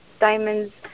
Diamonds